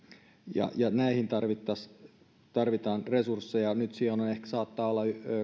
ja näihin tarvitaan resursseja nyt siellä ehkä saattaa olla